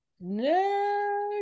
No